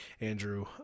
Andrew